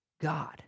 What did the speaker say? God